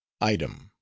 Item